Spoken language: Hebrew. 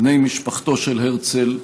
בני משפחתו של הרצל,